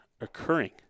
occurring